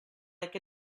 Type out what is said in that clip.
like